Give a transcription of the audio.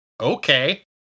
Okay